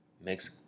makes